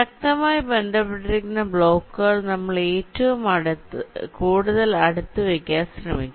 ശക്തമായി ബന്ധപ്പെട്ടിരിക്കുന്ന ബ്ലോക്കുകൾ നമ്മൾ ഏറ്റവും കൂടുതൽ അടുത്തു വയ്ക്കാൻ ശ്രമിക്കും